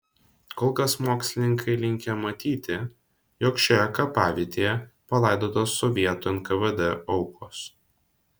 kol kas mokslininkai linkę matyti jog šioje kapavietėje palaidotos sovietų nkvd aukos